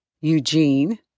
Eugene